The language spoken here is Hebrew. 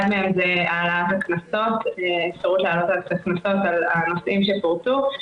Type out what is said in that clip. אחד מהם זה העלאת הקנסות ואפשרות להעלות את הקנסות בנושאים שפורטו.